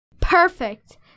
Perfect